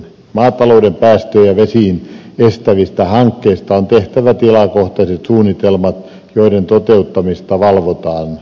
maatalouden päästöjä vesiin estävistä hankkeista on tehtävä tilakohtaiset suunnitelmat joiden toteuttamista valvotaan